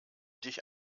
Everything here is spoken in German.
dich